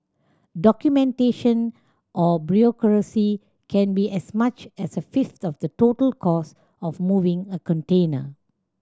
documentation or bureaucracy can be as much as a fifth of the total cost of moving a container